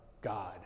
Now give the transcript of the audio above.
god